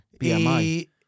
BMI